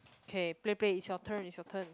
okay play play it's your turn it's your turn